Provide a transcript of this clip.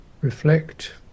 reflect